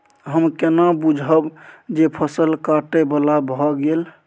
हम केना बुझब जे फसल काटय बला भ गेल?